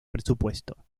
presupuesto